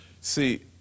See